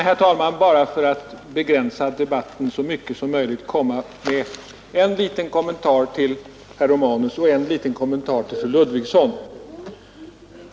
Herr talman! Låt mig för att begränsa debatten så mycket som möjligt bara göra en liten kommentar till herr Romanus och en liten kommentar till fru Ludvigsson.